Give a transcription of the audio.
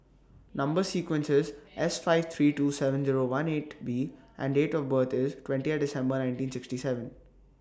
Number sequence IS S five three two seven Zero one eight B and Date of birth IS December nineteen sixty seven